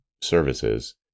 services